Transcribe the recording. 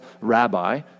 rabbi